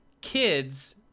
kids